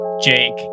Jake